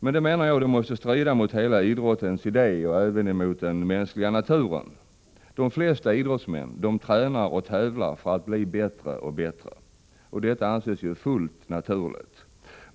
Jag menar dock att detta måste strida mot hela idén med idrotten liksom också mot den mänskliga naturen. De flesta idrottsmän tränar och tävlar för att bli bättre och bättre, och detta anses som fullt naturligt.